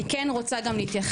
אני כן רוצה גם להתייחס